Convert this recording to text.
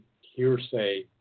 hearsay